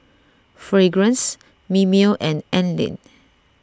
Fragrance Mimeo and Anlene